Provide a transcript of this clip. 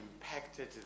impacted